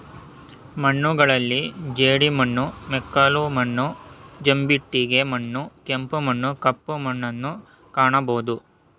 ಮಣ್ಣುಗಳಲ್ಲಿ ಜೇಡಿಮಣ್ಣು, ಮೆಕ್ಕಲು ಮಣ್ಣು, ಜಂಬಿಟ್ಟಿಗೆ ಮಣ್ಣು, ಕೆಂಪು ಮಣ್ಣು, ಕಪ್ಪು ಮಣ್ಣುನ್ನು ಕಾಣಬೋದು